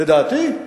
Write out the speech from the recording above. לדעתי,